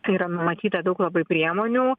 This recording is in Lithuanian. tai yra numatyta daug labai priemonių